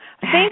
Thank